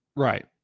Right